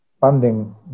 funding